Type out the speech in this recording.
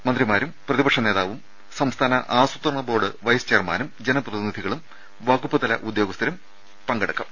മന്ത്രിമാരും പ്രതിപക്ഷ നേതാവും സംസ്ഥാന ആസൂത്രണ ബോർഡ് വൈസ് ചെയർമാനും ജനപ്രതിനിധികളും വകുപ്പുതല ഉദ്യോഗ സ്ഥരും പങ്കെടുക്കും